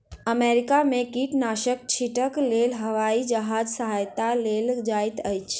America में कीटनाशक छीटक लेल हवाई जहाजक सहायता लेल जाइत अछि